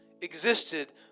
existed